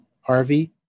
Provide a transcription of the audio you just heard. Harvey